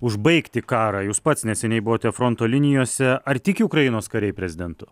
užbaigti karą jūs pats neseniai buvote fronto linijose ar tiki ukrainos kariai prezidentu